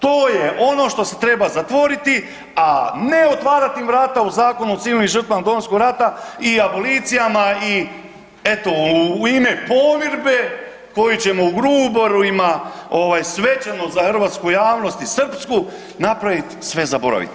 To je ono što se treba zatvoriti, a ne otvarati im vrata u Zakonu o civilnim žrtvama Domovinskog rata i abolicijama i eto u ime pomirbe koju ćemo u Gruborima ovaj svečano za hrvatsku javnost i srpsku napravit, sve zaboraviti.